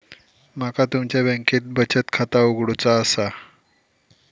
माका तुमच्या बँकेत बचत खाता उघडूचा असा?